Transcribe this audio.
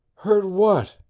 heard what?